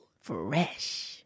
fresh